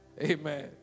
Amen